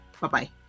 Bye-bye